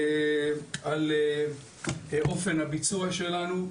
על אופן הביצוע שלנו.